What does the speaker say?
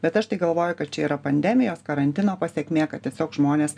bet aš tai galvoju kad čia yra pandemijos karantino pasekmė kad tiesiog žmonės